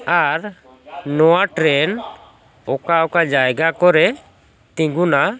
ᱟᱨ ᱱᱚᱣᱟ ᱴᱨᱮᱱ ᱚᱠᱟ ᱚᱠᱟ ᱡᱟᱭᱜᱟ ᱠᱚᱨᱮ ᱛᱤᱸᱜᱩᱱᱟ